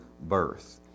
birth